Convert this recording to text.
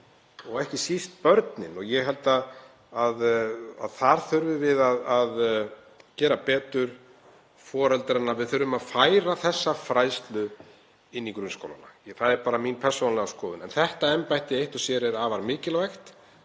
og ekki síst börnin og ég held að þar þurfum við að gera betur við foreldrana. Við þurfum að færa þessa fræðslu inn í grunnskólana, það er bara mín persónulega skoðun. Þetta embætti eitt og sér er afar mikilvægt